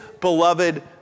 beloved